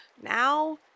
now